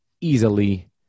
easily